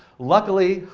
luckily,